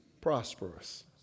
prosperous